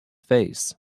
face